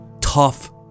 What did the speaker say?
tough